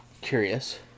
curious